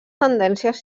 tendències